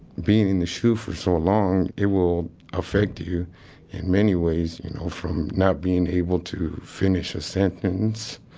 being in the shu for so long, it will affect you in many ways. you know, from not being able to finish a sentence